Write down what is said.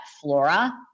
flora